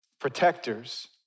protectors